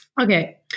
Okay